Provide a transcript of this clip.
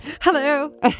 hello